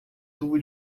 tubo